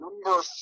Number